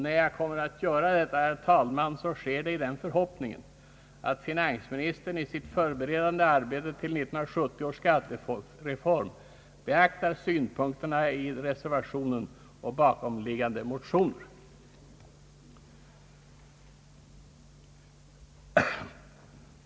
När jag nu gör detta yrkande, herr talman, sker det i förhoppningen att fininsministern i sitt förberedande arbete för 1970 års skattereform beaktar synpunkterna i reservationen och bakomliggande motioner.